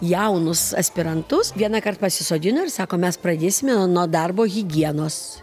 jaunus aspirantus vienąkart pasisodino ir sako mes pradėsime nuo darbo higienos